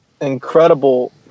incredible